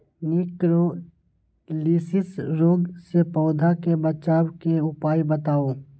निककरोलीसिस रोग से पौधा के बचाव के उपाय बताऊ?